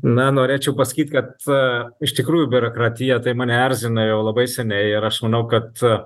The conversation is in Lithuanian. na norėčiau pasakyt kad a iš tikrųjų biurokratija tai mane erzina jau labai seniai ir aš manau kad